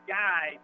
guy